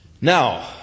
Now